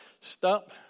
Stop